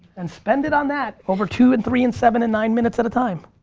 and spend it on that, over two and three and seven and nine minutes at a time.